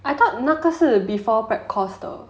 I thought 那个是 before prep course 的